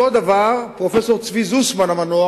אותו דבר פרופסור צבי זוסמן המנוח,